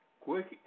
quick